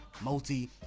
Multi